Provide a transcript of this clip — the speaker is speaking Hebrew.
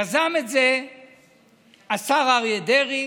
יזם את זה השר אריה דרעי,